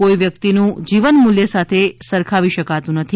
કોઇ વ્યક્તિનું જીવન મૂલ્ય સાથે સરખાવી શકાતું નથી